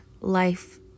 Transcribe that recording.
life